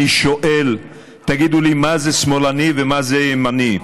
אני שואל, תגידו לי: מה זה שמאלני ומה זה ימני?